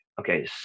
okay